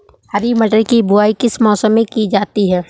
हरी मटर की बुवाई किस मौसम में की जाती है?